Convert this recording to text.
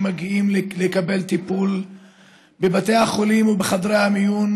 שמגיעים לקבל טיפול בבתי החולים ובחדרי המיון,